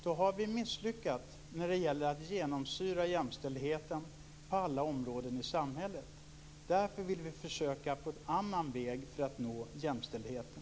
Då har vi misslyckats när det gäller att jämställdheten skall genomsyra alla områden i samhället. Därför vill vi försöka gå en annan väg för att nå jämställdheten.